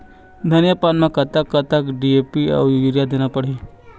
धनिया पान मे कतक कतक डी.ए.पी अऊ यूरिया देना पड़ही?